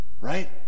right